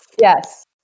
Yes